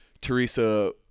Teresa